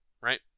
right